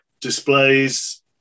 displays